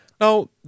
Now